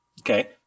Okay